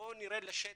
בואו נרד לשטח.